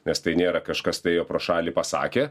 nes tai nėra kažkas tai ėjo pro šalį pasakė